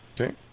Okay